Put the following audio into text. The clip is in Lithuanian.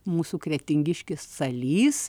mūsų kretingiškis salys